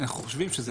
אנחנו חושבים שזה